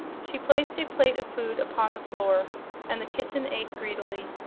she placed a plate of food upon the floor and the kitten ate greedily.